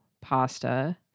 pasta